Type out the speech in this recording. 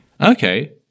Okay